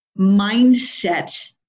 mindset